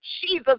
Jesus